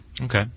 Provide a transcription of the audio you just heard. Okay